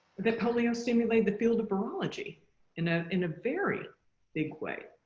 that polio stimulated the field of virology in a in a very big way.